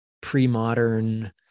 pre-modern